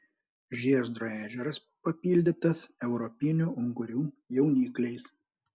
žiezdro ežeras papildytas europinių ungurių jaunikliais